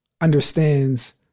understands